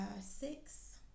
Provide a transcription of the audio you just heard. six